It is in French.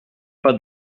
pas